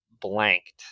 blanked